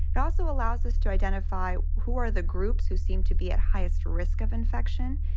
it also allows us to identify who are the groups who seem to be at highest risk of infection,